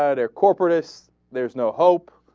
ah they're corporates there's no hope